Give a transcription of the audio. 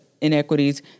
inequities